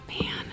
Man